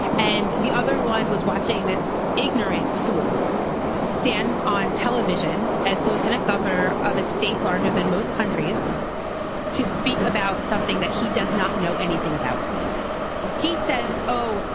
and the other one was watching this ignorant fool stand on television as lieutenant governor of a state larger than most countries to speak about something that he does not know anything about he says, oh,